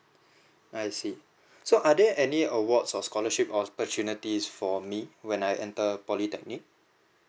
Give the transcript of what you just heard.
I see so are there any awards or scholarship opportunities for me when I enter polytechnic